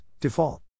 default